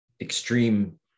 extreme